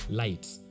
lights